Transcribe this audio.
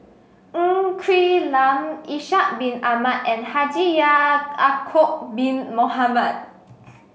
Ng Quee Lam Ishak Bin Ahmad and Haji Ya'acob Bin Mohamed